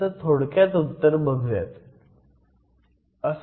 ह्याचं थोडक्यात उत्तर बघुयात